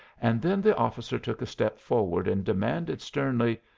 and then the officer took a step forward, and demanded sternly,